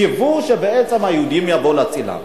וקיוו שהיהודים יבואו להצילם.